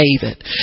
David